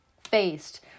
faced